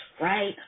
right